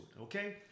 Okay